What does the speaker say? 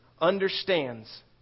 understands